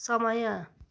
समय